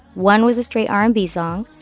one was a straight r and b song,